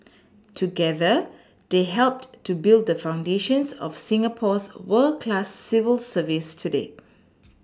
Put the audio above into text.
together they helped to build the foundations of Singapore's world class civil service today